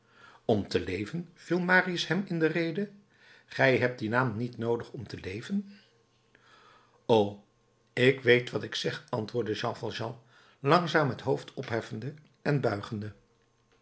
om te leven viel marius hem in de rede gij hebt dien naam niet noodig om te leven o ik weet wat ik zeg antwoordde jean valjean langzaam het hoofd opheffende en buigende